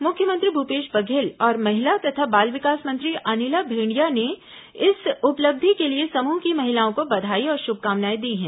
मुख्यमंत्री भूपेश बघेल और महिला तथा बाल विकास मंत्री अनिला भेंडिया ने इस उपलब्धि के लिए समूह की महिलाओं को बधाई और शुभकामनाएं दी हैं